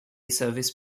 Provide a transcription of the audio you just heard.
service